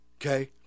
okay